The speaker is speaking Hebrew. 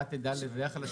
אתה תדע לדווח על זה?